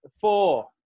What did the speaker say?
Four